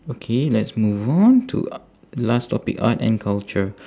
okay let's move on to a~ last topic art and culture